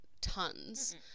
tons